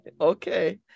Okay